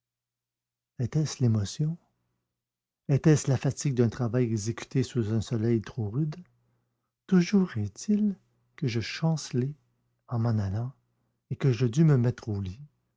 l'émotion était-ce la fatigue d'un travail exécuté sous un soleil trop rude toujours est-il que je chancelai en m'en allant et que je dus me mettre au lit